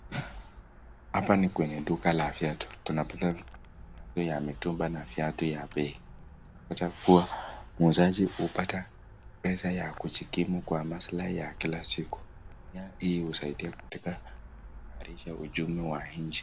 Hapa ni kwenye duka la viatu. Tunapata viatu ya mitumba na viatu ya bei. Tunapata kuwa muuzaji hupata pesa ya kujikimu kwa maslahi ya kila siku. Pia hii husaidia katika kuimarisha uchumi wa nchi.